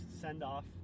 send-off